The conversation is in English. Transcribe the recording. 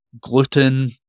gluten